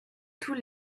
tous